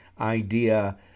idea